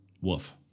Woof